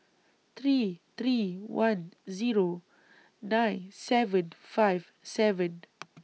three three one Zero nine seven five seven